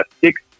six